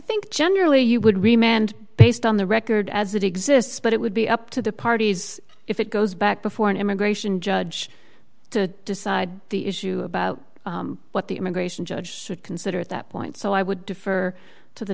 i think generally you would remain and based on the record as it exists but it would be up to the parties if it goes back before an immigration judge to decide the issue about what the immigration judge should consider at that point so i would defer to the